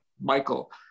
Michael